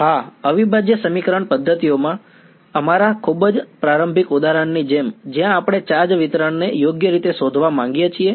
હા અવિભાજ્ય સમીકરણ પદ્ધતિઓમાં અમારા ખૂબ જ પ્રારંભિક ઉદાહરણની જેમ જ્યાં આપણે ચાર્જ વિતરણને યોગ્ય રીતે શોધવા માગીએ છીએ